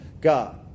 God